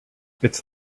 its